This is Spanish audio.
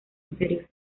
interior